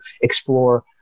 explore